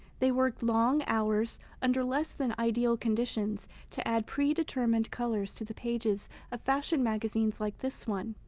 they worked long hours under less than ideal conditions to add pre-determined colors to the pages of fashion magazines like this one.